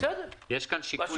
כלומר יש כאן שיקול דעת.